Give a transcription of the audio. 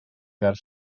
ger